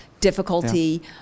difficulty